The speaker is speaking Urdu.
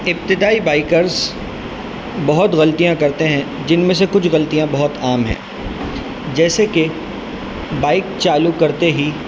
ابتدائی بائکرس بہت غلطیاں کرتے ہیں جن میں سے کچھ غلطیاں بہت عام ہیں جیسے کہ بائک چالو کرتے ہی